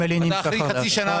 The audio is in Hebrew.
משלם לו אחרי חצי שנה.